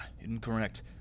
incorrect